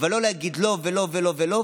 אבל לא להגיד לא ולא ולא ולא,